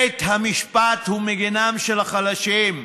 בית המשפט הוא מגינם של החלשים,